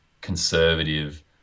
conservative